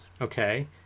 Okay